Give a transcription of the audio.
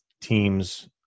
teams